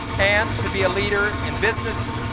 and to be a leader in business,